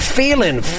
feeling